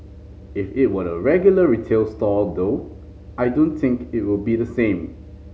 if it were a regular retail store though I don't think it would be the same